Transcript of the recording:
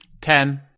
Ten